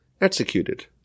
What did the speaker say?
executed